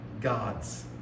God's